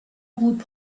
بود